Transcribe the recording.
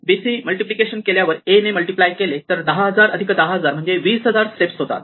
BC multiplication केल्यावर A ने multiply केले तर 10000 अधिक 10000 म्हणजे 20000 स्टेप होतात